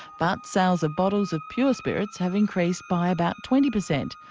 but sales of bottles of pure spirits have increased by about twenty percent.